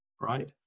right